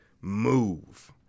move